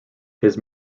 his